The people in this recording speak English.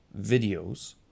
videos